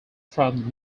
from